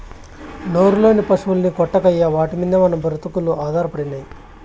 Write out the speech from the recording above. నోరులేని పశుల్ని కొట్టకయ్యా వాటి మిందే మన బ్రతుకులు ఆధారపడినై